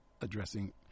addressing